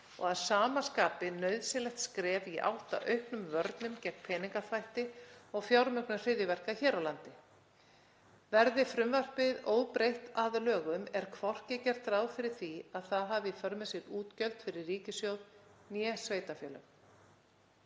og að sama skapi nauðsynlegt skref í átt að auknum vörnum gegn peningaþvætti og fjármögnun hryðjuverka hér á landi. Verði frumvarpið óbreytt að lögum er hvorki gert ráð fyrir því að það hafi í för með sér útgjöld fyrir ríkissjóð né sveitarfélög.